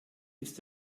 ist